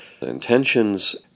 intentions